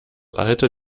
alter